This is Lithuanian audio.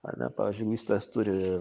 ane pavyzdžiui vystytojas turi